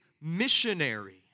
missionary